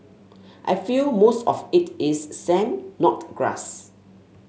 I feel most of it is sand not grass